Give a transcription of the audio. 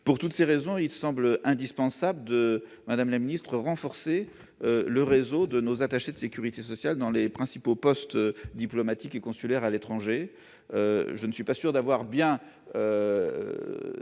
Pour toutes ces raisons, il semble indispensable de renforcer le réseau de nos attachés de sécurité sociale dans les principaux postes diplomatiques et consulaires à l'étranger. Je ne suis pas sûr d'avoir bien